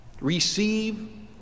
Receive